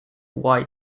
white